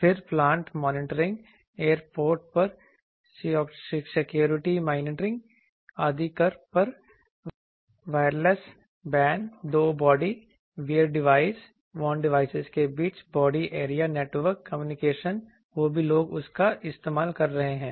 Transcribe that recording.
फिर plant monitoring airport पर security monitoring आदि फिर वायरलेस BAN दो बॉडी वियर डिवाइस के बीच बॉडी एरिया नेटवर्क कम्युनिकेशन वो भी लोग इसका इस्तेमाल कर रहे हैं